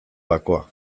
bakoa